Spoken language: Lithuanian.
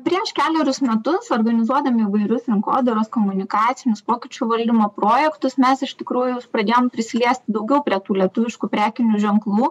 prieš kelerius metus organizuodami įvairius rinkodaros komunikacinius pokyčių valdymo projektus mes iš tikrųjų pradėjom prisiliesti daugiau prie tų lietuviškų prekinių ženklų